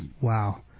wow